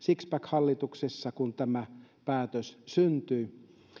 sixpack hallituksessa kun tämä päätös syntyi